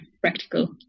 practical